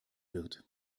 wird